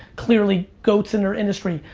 clearly, goats in their industry,